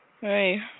Hey